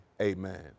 Amen